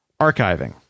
archiving